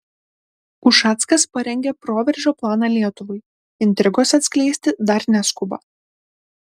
ušackas parengė proveržio planą lietuvai intrigos atskleisti dar neskuba